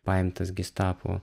paimtas gestapo